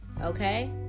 okay